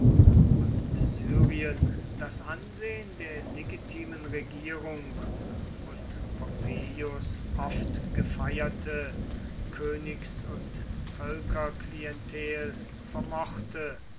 und syrien das ansehen der legitimen regierung und pompeius oftgefeierte königs und völkerklientel vermochte